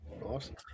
Awesome